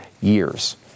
years